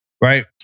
right